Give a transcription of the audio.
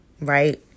Right